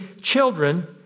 Children